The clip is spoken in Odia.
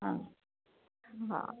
ହଁ ହଁ